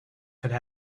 could